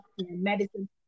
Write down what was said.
medicine